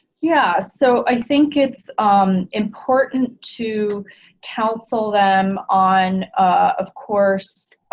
yeah so i think it's um important to counsel them on of course